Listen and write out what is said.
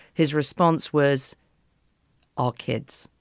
his response was all kids,